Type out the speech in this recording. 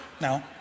No